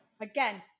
again